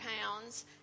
pounds